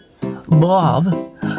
Bob